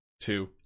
two